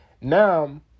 Now